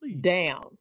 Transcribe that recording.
down